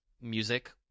music